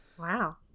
Wow